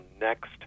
next